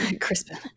crispin